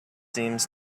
seems